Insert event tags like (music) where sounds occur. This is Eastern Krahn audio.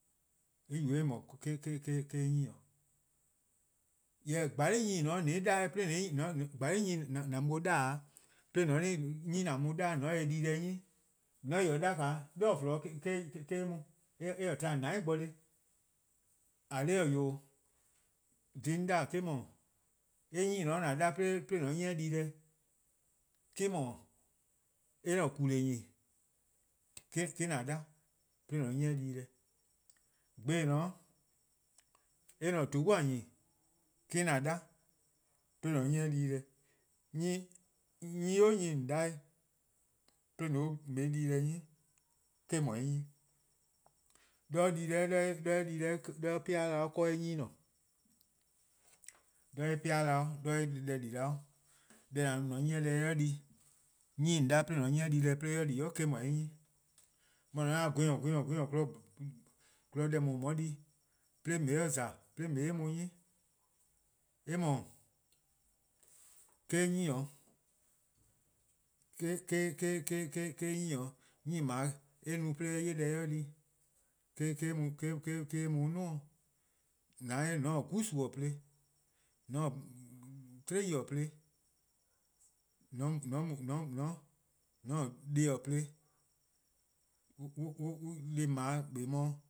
Eh yubo-eh eh 'nyne 'o. (hesitation) 'nyne :an mu-a 'da :mor :on se-eh 'di-deh 'nyi :mor :on ta-ih 'da (hesitation) 'de :dha :or :flon-a dih 'de eh mu, eh :to :on :dou'+ bo :neheh', :eh :korn dhih 'o :eh? Dhih 'on 'da 'o me-: 'dhu, eh 'nyne :an 'da-a' 'de :an 'nyi-eh dii-deh me-: no eh-: :kule' nyne me-: :an 'da 'da :an 'nyi-eh di-deh. Gbe :dao' eh-: :toua' :nyne :me-: 'an 'da 'da :an 'nyi-eh dii-deh. 'nyne 'o 'nyne :on 'da-dih-eh 'de :on 'ye-eh di-deh 'nyi me-: 'dhu eh 'nynes-'. (hesitation) 'de eh pea' 'da 'de eh 'nyne :ne. 'de eh pea' 'da, 'de eh (hesitation) deh 'di da, deh :an no-a 'de :an 'nyi-eh dii-deh 'de eh di-a, 'nyne :on 'da-dih-eh 'de :on 'yi-eh di-deh 'de eh di-a me-: 'dhu eh nyne-'. :mor :on 'da gwiorn: gwiorn: gwiorn: (hesitation) kpon deh :daa dih :on 'ye di, 'de :on 'ye-eh 'o :za :on 'ye-eh on 'nyi, :yee' eh :mor, eh 'nyne 'o. (hesitation) eh 'nyne 'o, 'nyne :dao' me-: eh no 'de eh 'ye deh eh di. (hesitation) me-: eh mu on 'duo:-'. :an 'jeh :mor :on taa good-a plo, :on taa' (hesitation) 'tiei'-a plo (hesitation) :mor :on taa deh+ plo, (hesitation) 'an deh+ :dao' :eh '. beh.